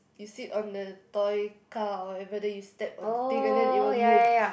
you sit on the toy car or whatever then you step on the thing and then it will move